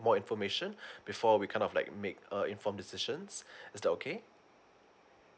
more information before we kind of like make a informed decisions is that okay